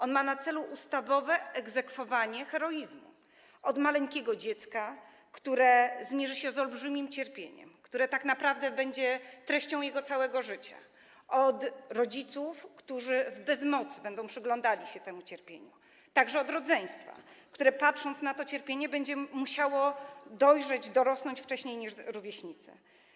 On ma na celu ustawowe egzekwowanie heroizmu: od maleńkiego dziecka, które zmierzy się z olbrzymim cierpieniem będącym tak naprawdę treścią całego jego życia, od rodziców, którzy w bezmocy będą przyglądali się temu cierpieniu, a także od rodzeństwa, które patrząc na to cierpienie, będzie musiało dojrzeć, dorosnąć wcześniej niż rówieśnicy.